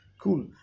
Cool